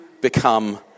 become